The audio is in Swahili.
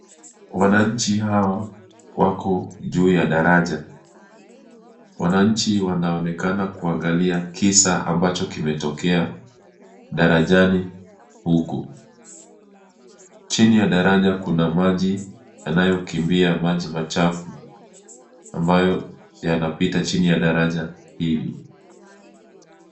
Wananchi hawa wako juu ya daraja. Wananchi wanaonekana kuangalia kisa ambacho kimetokea darajani huku. Chini ya daraja kuna maji yanayokimbia, maji machafu ambayo yanapita chini ya daraja hili.